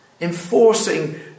enforcing